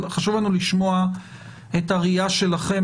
אבל חשוב לנו לשמוע את הראייה שלכם,